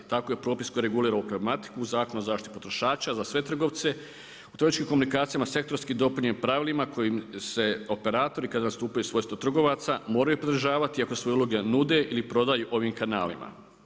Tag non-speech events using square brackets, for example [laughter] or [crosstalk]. Tako je propis koji regulira ovu pragmatiku u Zakonu o zaštiti potrošača za sve trgovce, u elektroničkim komunikacijama, sektorski je … [unintelligible] pravilima kojim se operatori kad nastupe u svojstvu trgovaca moraju pridržavati iako svoje uloge nude ili prodaju ovim kanalima.